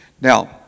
Now